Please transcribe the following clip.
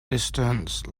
distance